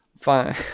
Fine